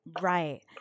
Right